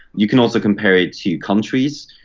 you can also compare it to countries.